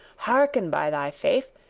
hearken, by thy faith,